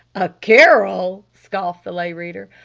a carol? scoffed the lay reader.